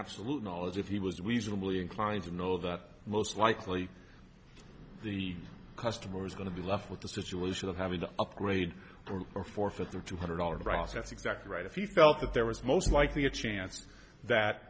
absolute knowledge if he was we usually inclined to know that most likely the customer is going to be left with the situation of having to upgrade or forfeit their two hundred dollars ross that's exactly right if he felt that there was most likely a chance that